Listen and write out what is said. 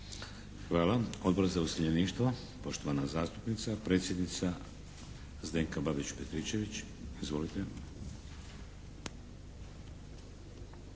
Hvala. Odbor za useljeništvo poštovana zastupnica predsjednica Zdenka Babić-Petričević. Izvolite!